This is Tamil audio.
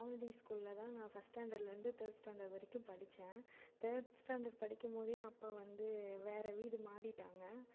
ஆவனடி ஸ்கூலில் தான் நான் ஃபஸ்ட் ஸ்டாண்டர்ட்லேருந்து தேர்ட் ஸ்டாண்டர்ட் வரைக்கும் படித்தேன் தேர்ட் ஸ்டாண்டர்ட் படிக்கும்போதே அப்பா வந்து வேறு வீடு மாறிவிட்டாங்க